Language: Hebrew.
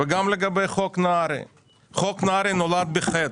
חוק נהרי נולד בחטא.